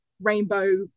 rainbow